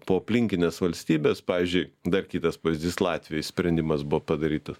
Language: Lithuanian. po aplinkines valstybes pavyzdžiui dar kitas pavyzdys latvijoj sprendimas buvo padarytas